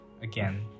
again